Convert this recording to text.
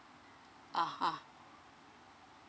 uh uh